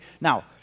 Now